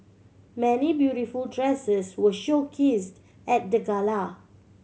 many beautiful dresses were showcased at the gala